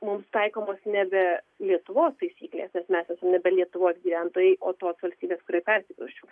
mums taikomos nebe lietuvos taisyklės nes mes esam nebe lietuvos gyventojai o tos valstybės korion persikrausčiau